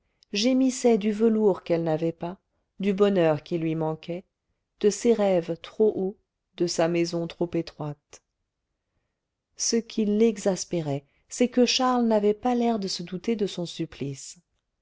gémissait du velours qu'elle n'avait pas du bonheur qui lui manquait de ses rêves trop hauts de sa maison trop étroite ce qui l'exaspérait c'est que charles n'avait pas l'air de se douter de son supplice